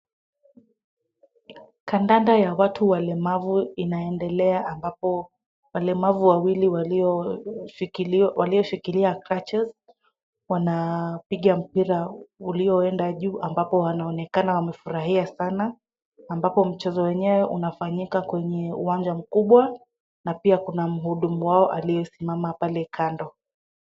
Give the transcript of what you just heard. Kandanda ya watu walemavu inaendelea ambapo walemavu wawili walio shikilia crutches , wanapiga mpira ulioenda juu ambapo wanaonekana wamefurahia sana, ambapo mchezo wenyewe unafanyika kwenye uwanja mkubwa, na pia kuna muhudumu wao aliyesimama pale kando.